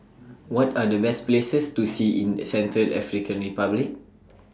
What Are The Best Places to See in Central African Republic